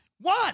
One